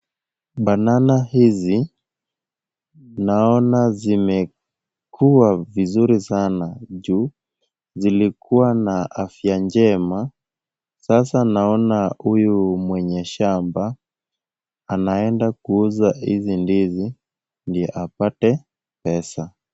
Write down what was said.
Banana hizi naona zimekua vizuri sana juu zilikuwa na afya njema, sasa naona huyu mwenye shamba anaenda kuuza hizi ndizi ndio apate pesa.